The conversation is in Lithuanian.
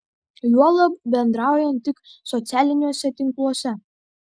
juolab bendraujant tik socialiniuose tinkluose